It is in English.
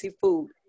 food